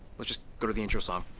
let's just go to the intro song.